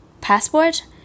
passport